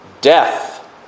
Death